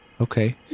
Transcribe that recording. Okay